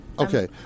Okay